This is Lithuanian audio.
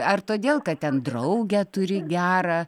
ar todėl kad ten draugę turi gerą